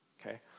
okay